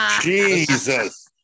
Jesus